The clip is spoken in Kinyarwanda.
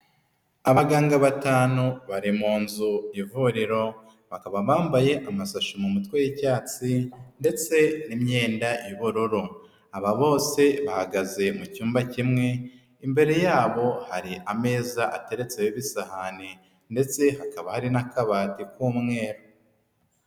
Abaganga batanu bari mu nzu y'ivuriro, bakaba bambaye amasashi mu mutwe y'icyatsi ndetse n'imyenda y'ubururu, aba bose bahagaze mu cyumba kimwe, imbere yabo hari ameza ateretseho ibisahane ndetse hakaba hari n'akabati k'umweru.